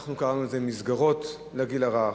אנחנו קראנו לזה מסגרות לגיל הרך,